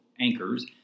anchors